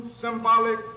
symbolic